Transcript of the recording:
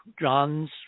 John's